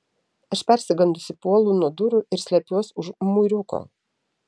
aš persigandusi puolu nuo durų ir slepiuos už mūriuko